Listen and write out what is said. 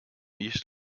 east